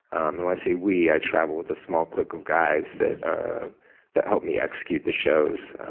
and i say we, i travel with a small clique of guys that that help me execute the shows.